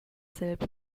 selbe